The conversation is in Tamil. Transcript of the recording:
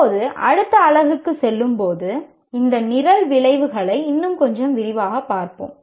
இப்போது அடுத்த அலகுக்குச் செல்லும்போது இந்த நிரல் விளைவுகளை இன்னும் கொஞ்சம் விரிவாகப் பார்ப்போம்